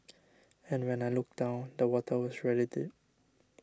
and when I looked down the water was really deep